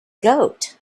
goat